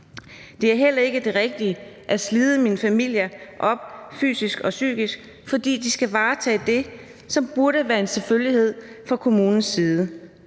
Det er heller ikke det rigtige at slide min familie op fysisk og psykisk, fordi de skal varetage det, som burde være en selvfølgelighed fra kommunens side.